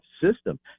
system